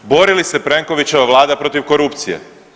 Bori li se Plenkovićeva vlada protiv korupcije?